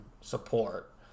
support